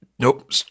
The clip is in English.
Nope